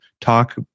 talk